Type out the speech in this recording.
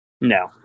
No